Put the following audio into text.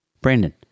Brandon